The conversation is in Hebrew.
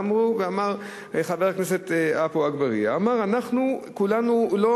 אמר חבר הכנסת עפו אגבאריה הוא אמר: כולנו לא